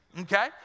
Okay